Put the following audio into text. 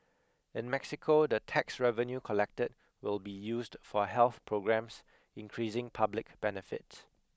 in Mexico the tax revenue collected will be used for health programmes increasing public benefit